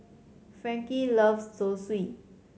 Frankie loves Zosui